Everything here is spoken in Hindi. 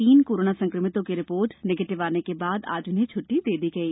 तीन कोरोना संक्रमितों की रिपोर्ट नेगेटिव आने के बाद आज उन्हें छुट्टी दे दी गई